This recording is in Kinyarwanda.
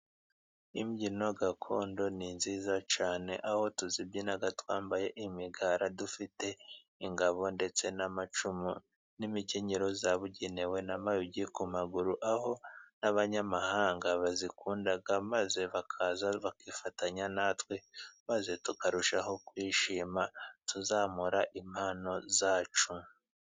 Imbyino gakondo ni nziza cyane, aho tuzibyina twambaye imigara, dufite ingabo ndetse n'amacumu n'imikenyero yabugenewe n'amayugi ku maguru, aho n'abanyamahanga bazikunda, maze bakaza bakifatanya natwe, maze tukarushaho kwishima, tuzamura impano zacu.